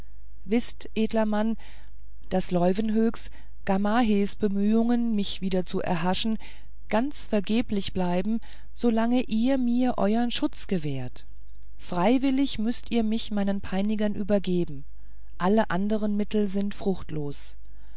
wißt edler mann daß leuwenhoeks gamahehs bemühungen mich wieder zu erhaschen ganz vergeblich bleiben solange ihr mir euern schutz gewährt freiwillig müßt ihr mich meinen peinigern übergeben alle andere mittel sind fruchtlos